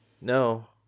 No